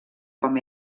com